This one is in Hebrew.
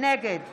נגד